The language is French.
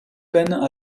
peinent